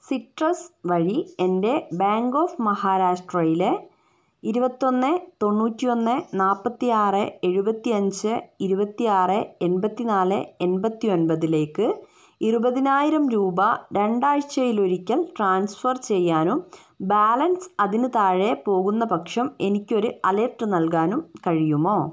citrus വഴി എൻ്റെ bank of മഹാരാഷ്ട്രയിലെ ഇരുപത്തി ഒന്ന് തൊണ്ണൂറ്റി ഒന്ന് നാൽപ്പത്തി ആറ് എഴുപത്തി അഞ്ച് ഇരുപത്തി ആറ് എൺപത്തി നാല് എൺപത്തി ഒൻപതിലേക്ക് ഇരുപതിനായിരം രൂപ രണ്ടാഴ്ചയിലൊരിക്കൽ ട്രാൻസ്ഫർ ചെയ്യാനും ബാലൻസ് അതിനു താഴെ പോകുന്ന പക്ഷം എനിക്കൊരു അലേർട്ട് നൽകാനും കഴിയുമോ